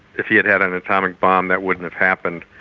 if he had had an atomic bomb that wouldn't have happened,